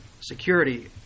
security